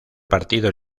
partido